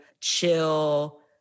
chill